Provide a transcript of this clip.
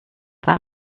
that